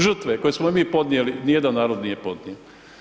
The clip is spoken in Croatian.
Žrtve koje smo podnijeli, nijedan narod nije podnio.